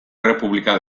errepublika